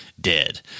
dead